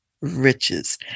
riches